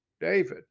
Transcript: David